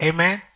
Amen